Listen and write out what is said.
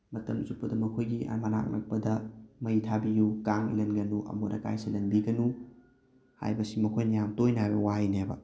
ꯃꯇꯝ ꯆꯨꯞꯄꯗ ꯃꯈꯣꯏꯒꯤ ꯃꯅꯥꯛ ꯅꯛꯄꯗ ꯃꯩ ꯊꯥꯕꯤꯎ ꯀꯥꯡ ꯏꯜꯍꯟꯒꯅꯨ ꯑꯃꯣꯠ ꯑꯀꯥꯏ ꯆꯦꯜꯍꯟꯕꯤꯒꯅꯨ ꯍꯥꯏꯕꯁꯤ ꯃꯈꯣꯏꯅ ꯌꯥꯝꯅ ꯇꯣꯏꯅ ꯍꯥꯏꯕ ꯋꯥꯍꯩꯅꯦꯕ